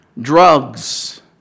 drugs